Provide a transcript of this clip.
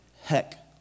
heck